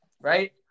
right